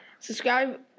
Subscribe